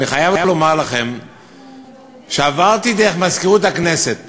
אני חייב לומר לכם שעברתי דרך מזכירות הכנסת